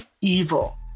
evil